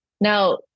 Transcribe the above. Now